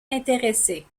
intéressé